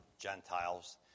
Gentiles